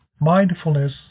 Mindfulness